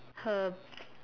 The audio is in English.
her